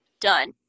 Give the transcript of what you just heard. done